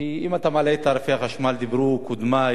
כי אם אתה מעלה את תעריפי החשמל, דיברו קודמי,